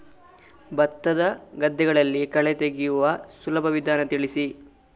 ಭತ್ತದ ಗದ್ದೆಗಳಲ್ಲಿ ಕಳೆ ತೆಗೆಯುವ ಸುಲಭ ವಿಧಾನ ತಿಳಿಸಿ?